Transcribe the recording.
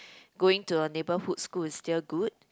going to a neighbourhood school is still good